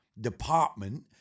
department